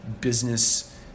business